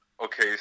Okay